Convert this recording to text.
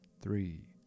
three